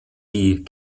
die